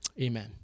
Amen